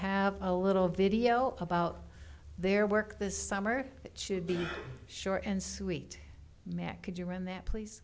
have a little video about their work this summer it should be short and sweet mc could you run that please